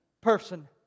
person